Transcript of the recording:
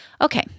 Okay